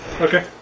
Okay